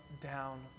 down